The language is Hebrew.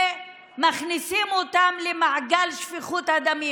ומכניסים אותם למעגל שפיכות הדמים.